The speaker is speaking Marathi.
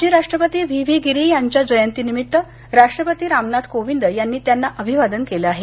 माजी राष्ट्रपती व्ही व्ही गिरी यांच्या जयंतीनिमित्त राष्ट्रपती रामनाथ कोविंद यांनी त्यांना अभिवादन केल आहे